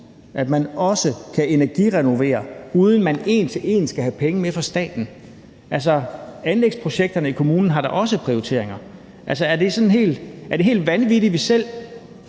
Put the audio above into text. at man også kan energirenovere, uden at man en til en skal have penge med fra staten. Altså, anlægsprojekterne i kommunen har da også prioriteringer. Er det helt vanvittigt, at vi ligesom